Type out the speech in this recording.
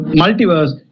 multiverse